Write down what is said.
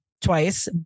Twice